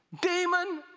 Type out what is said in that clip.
Demon